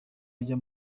ajya